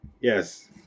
Yes